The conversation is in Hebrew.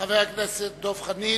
חבר הכנסת דב חנין.